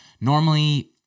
normally